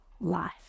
life